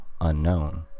Unknown